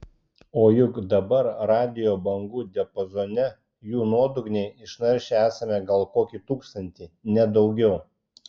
o juk dabar radijo bangų diapazone jų nuodugniai išnaršę esame gal kokį tūkstantį ne daugiau